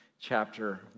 chapter